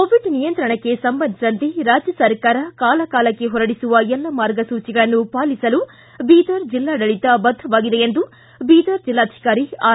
Covid ನಿಯಂತ್ರಣಕ್ಕೆ ಸಂಬಂಧಿಸಿದಂತೆ ರಾಜ್ಯ ಸರ್ಕಾರವು ಕಾಲಕಾಲಕ್ಕೆ ಹೊರಡಿಸುವ ಎಲ್ಲ ಮಾರ್ಗಸೂಚಿಗಳನ್ನು ಪಾಲಿಸಲು ಬೀದರ್ ಜಿಲ್ಲಾಡಳಿತ ಬದ್ದವಾಗಿದೆ ಎಂದು ಬೀದ್ ಜಿಲ್ಲಾಧಿಕಾರಿ ಆರ್